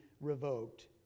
revoked